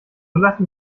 lassen